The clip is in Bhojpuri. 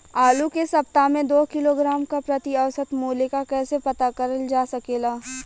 आलू के सप्ताह में दो किलोग्राम क प्रति औसत मूल्य क कैसे पता करल जा सकेला?